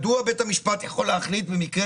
מדוע בית המשפט יכול להחליט במקרה